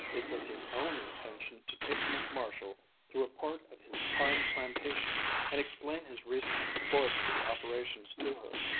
it was his own intention to take miss marshall through a part of his pine plantations and explain his recent forestry operations to her.